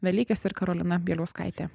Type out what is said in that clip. velykis ir karolina bieliauskaitė